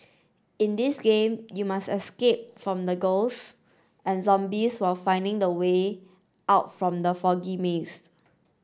in this game you must escape from the ghost and zombies while finding the way out from the foggy maze